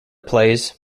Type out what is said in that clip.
plays